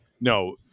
no